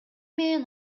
менен